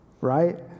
Right